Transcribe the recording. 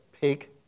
pig